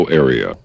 area